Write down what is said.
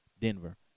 Denver